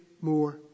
more